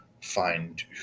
find